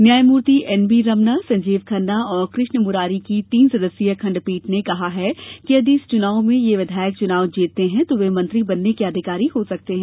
न्यायमुर्ति NB Ramana Sanjeev Khanna और कृष्ण मुरारी की तीन सदस्यीय खंडपीठ ने कहा कि यदि इस च्नाव में ये विधायक चुनाव जीतते हैं तो वे मंत्री बनने के अधिकार हो सकते हैं